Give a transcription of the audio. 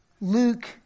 Luke